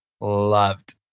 Loved